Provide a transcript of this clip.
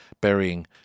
burying